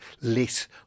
less